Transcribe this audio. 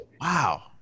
wow